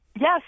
Yes